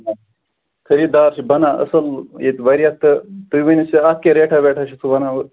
خریٖدار چھِ بَنان اَصٕل ییٚتہِ واریاہ تہٕ تُہۍ ؤنِو سا اَتھ کیٛاہ ریٚٹاہ ویٚٹاہ چھِو وَنان اورٕ